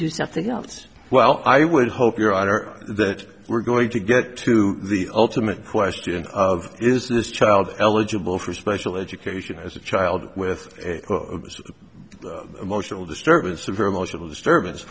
do something else well i would hope your honor that we're going to get to the ultimate question of is this child eligible for special education as a child with emotional disturbance a very emotional disturbance